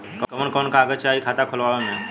कवन कवन कागज चाही खाता खोलवावे मै?